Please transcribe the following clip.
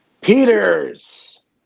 Peters